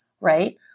right